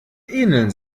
ähneln